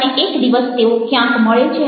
અને એક દિવસ તેઓ ક્યાંક મળે છે